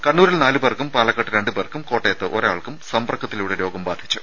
കണ്ണൂരിൽ നാലുപേർക്കും പാലക്കാട്ട് രണ്ടുപേർക്കും കോട്ടയത്ത് ഒരാൾക്കും സമ്പർക്കത്തിലൂടെ രോഗം ബാധിച്ചു